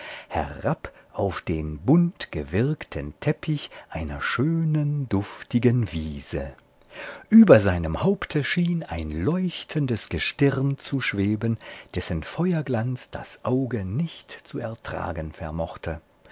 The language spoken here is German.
herab auf den buntgewirkten teppich einer schönen duftigen wiese über seinem haupte schien ein leuchtendes gestirn zu schweben dessen feuerglanz das auge nicht zu ertragen vermochte